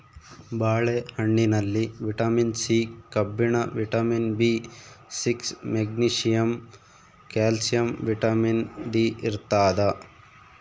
ಬಾಳೆ ಹಣ್ಣಿನಲ್ಲಿ vitamin C ಕಬ್ಬಿಣ vitamin B six magnesium calcium vitamin D ಇರ್ತಾದ